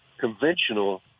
conventional